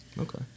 Okay